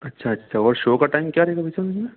अच्छा अच्छा और शो का टाइम क्या रहेगा भाई साहब अपने